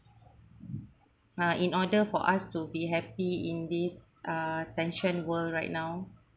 uh in order for us to be happy in this uh tension world right now